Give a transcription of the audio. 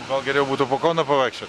gal geriau būtų po kauną pavaikščiot